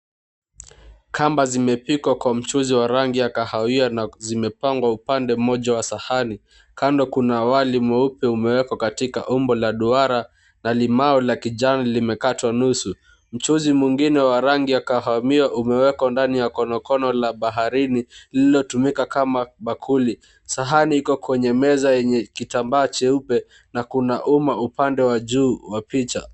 Kamba zimepikwa kwa mchuzi wa rangi ya kahawia na zimepangwa upande mmoja wa sahani kando kuna wali mweupe umewekwa katika umbo la duara na limau la kijani limekatwa nusu. Mchuzi mwingine wa rangi ya kahawia umewekwa ndani ya konokono la baharini lililotumika kama bakuli. Sahani Iko kwenye meza yenye kitambaa cheupe na kuna uma upande wa juu wa picha.